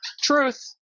Truth